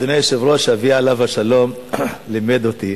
אדוני היושב-ראש, אבי עליו השלום לימד אותי